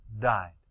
died